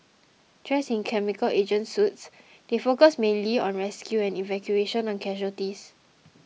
dressed in chemical agent suits they focused mainly on rescue and evacuation of casualties